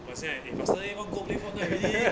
but 现在 eh faster I wanna go play Fortnite already